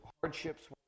hardships